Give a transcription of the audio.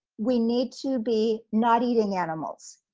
we need to be not eating animals.